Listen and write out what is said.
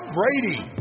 Brady